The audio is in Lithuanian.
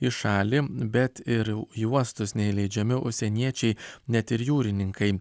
į šalį bet ir į uostus neįleidžiami užsieniečiai net ir jūrininkai